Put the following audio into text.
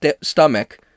stomach